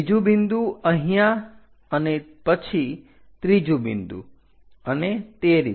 બીજું બિંદુ અહીંયા અને પછી ત્રીજું બિંદુ અને એ રીતે